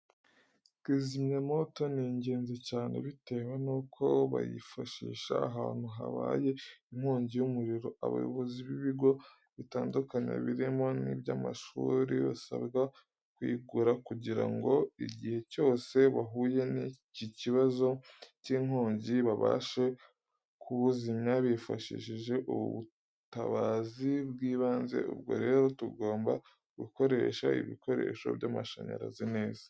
Kizimyamoto ni ingenzi cyane bitewe nuko bayifashisha ahantu habaye inkongi y'umuriro. Abayobozi b'ibigo bitandukanye birimo n'iby'amashuri, basabwa kuyigura kugira ngo igihe cyose bahuye n'iki kibazo cy'inkongi babashe kuwuzimya bifashishije ubu butabazi bw'ibanze. Ubwo rero Tugomba gukoresha ibikoresho by'amashanyarazi neza.